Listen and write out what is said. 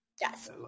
Yes